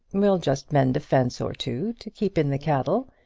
we'll just mend a fence or two, to keep in the cattle,